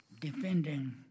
defending